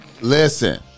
Listen